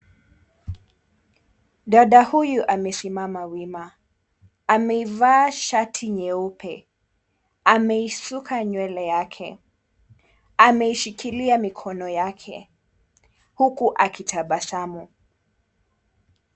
Dada huyu amesimama wima, ameivaa shati nyeupe, ameisuka nywele yake, ameishikilia mikono yake huku akitabasamu.